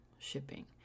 shipping